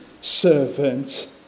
servant